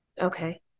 Okay